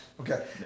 Okay